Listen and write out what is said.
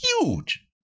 Huge